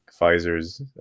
Pfizer's